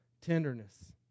tenderness